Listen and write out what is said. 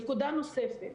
נקודה נוספת.